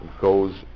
goes